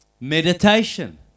meditation